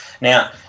Now